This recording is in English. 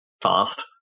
fast